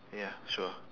ya sure